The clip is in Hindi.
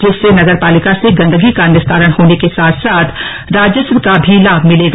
जिससे नगर पालिका से गन्दगी का निस्तारण होने के साथ साथ राजस्व का भी लाभ मिलेगा